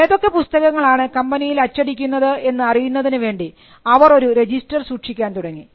ഏതൊക്കെ പുസ്തകങ്ങൾ ആണ് കമ്പനിയിൽ അച്ചടിക്കുന്നത് എന്ന് അറിയുന്നതിനു വേണ്ടി അവർ ഒരു രജിസ്റ്റർ സൂക്ഷിക്കാൻ തുടങ്ങി